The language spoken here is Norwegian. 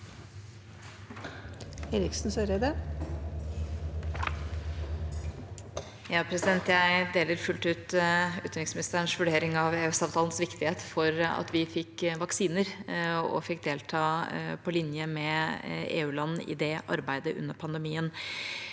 Jeg deler fullt ut utenriksministerens vurdering av EØS-avtalens viktighet for at vi fikk vaksiner og fikk delta på linje med EUland i det arbeidet under pandemien.